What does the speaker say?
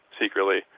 secretly